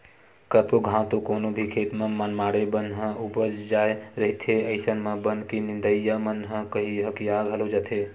कतको घांव तो कोनो भी खेत म मनमाड़े बन ह उपज जाय रहिथे अइसन म बन के नींदइया मन ह हकिया घलो जाथे